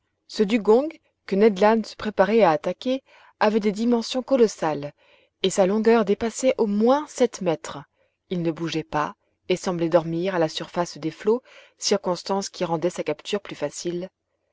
ce dugong que ned land se préparait à attaquer avait des dimensions colossales et sa longueur dépassait au moins sept mètres il ne bougeait pas et semblait dormir à la surface des flots circonstance qui rendait sa capture plus facile